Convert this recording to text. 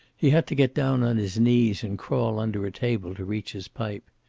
he had to get down on his knees and crawl under a table to reach his pipe.